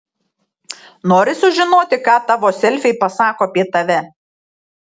nori sužinoti ką tavo selfiai pasako apie tave